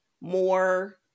more